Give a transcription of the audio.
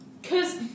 Cause